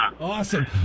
Awesome